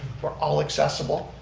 we're all accessible,